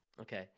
Okay